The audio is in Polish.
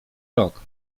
rok